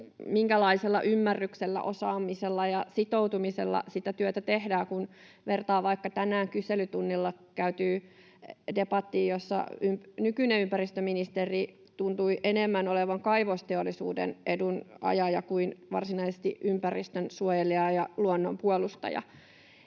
minkälaisella ymmärryksellä, osaamisella ja sitoutumisella sitä työtä tehdään — kun vertaa vaikka tänään kyselytunnilla käytyyn debattiin, jossa nykyinen ympäristöministeri tuntui enemmän olevan kaivosteollisuuden edun ajaja kuin varsinaisesti ympäristönsuojelija ja luonnon puolustaja.